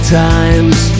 times